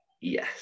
Yes